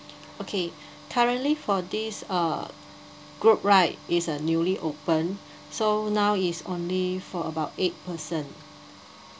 okay currently for this uh group right is a newly open so now is only for about eight person